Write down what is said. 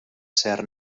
ser